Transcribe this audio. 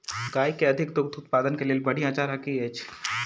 गाय केँ अधिक दुग्ध उत्पादन केँ लेल बढ़िया चारा की अछि?